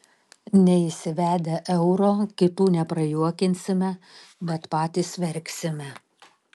neįsivedę euro kitų neprajuokinsime bet patys verksime